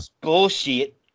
Bullshit